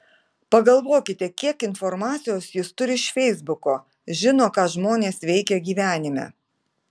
pagalvokite kiek informacijos jis turi iš feisbuko žino ką žmonės veikia gyvenime